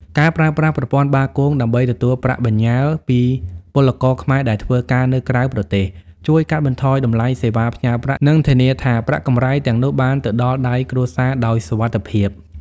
ការប្រើប្រាស់ប្រព័ន្ធបាគងដើម្បីទទួលប្រាក់បញ្ញើពីពលករខ្មែរដែលធ្វើការនៅក្រៅប្រទេស ជួយកាត់បន្ថយតម្លៃសេវាផ្ញើប្រាក់ និងធានាថាប្រាក់កម្រៃទាំងនោះបានទៅដល់ដៃគ្រួសារដោយសុវត្ថិភាព។